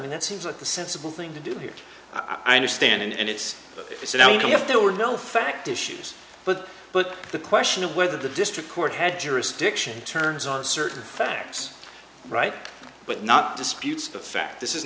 mean that seems like the sensible thing to do here i understand and it's it's you know you can if there were no fact issues but but the question of whether the district court had jurisdiction turns on certain facts right but not disputes the fact this is